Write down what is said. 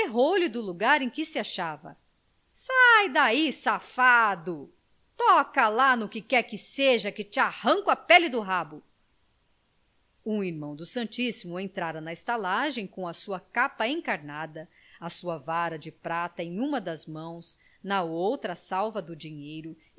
berrou lhe do lugar em que se achava sai daí safado toca lá no quer que seja que te arranco a pele do rabo um irmão do santíssimo entrara na estalagem com a sua capa encarnada a sua vara de prata em uma das mãos na outra a salva do dinheiro